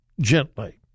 gently